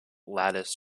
lattice